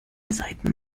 seiten